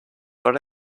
but